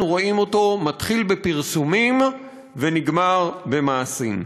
רואים אותו מתחיל בפרסומים ונגמר במעשים.